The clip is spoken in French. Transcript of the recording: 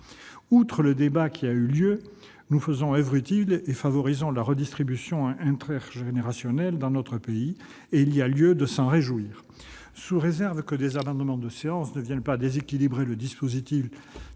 Au-delà du débat qui a eu lieu, nous faisons oeuvre utile en favorisant la redistribution intergénérationnelle dans notre pays. Il y a lieu de s'en réjouir. Sous réserve que des amendements de séance ne viennent pas déséquilibrer le dispositif